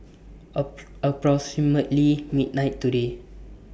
approximately midnight today